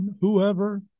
whoever